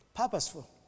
Purposeful